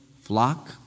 flock